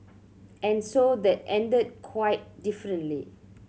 and so that ended quite differently